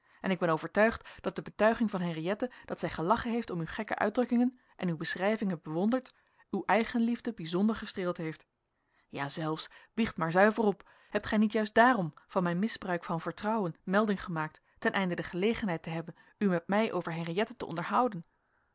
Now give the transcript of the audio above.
en ik ben overtuigd dat de betuiging van henriëtte dat zij gelachen heeft om uw gekke uitdrukkingen en uw beschrijvingen bewonderd uw eigenliefde bijzonder gestreeld heeft ja zelfs biecht maar zuiver op hebt gij niet juist daarom van mijn misbruik van vertrouwen melding gemaakt ten einde de gelegenheid te hebben u met mij over henriëtte te onderhouden